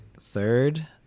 Third